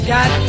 Got